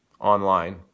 online